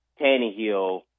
Tannehill